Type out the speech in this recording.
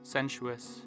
sensuous